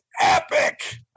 epic